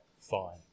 fine